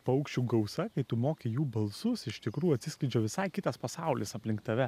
paukščių gausa kai tu moki jų balsus iš tikrųjų atsiskleidžia visai kitas pasaulis aplink tave